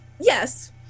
Yes